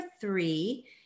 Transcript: three